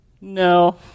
No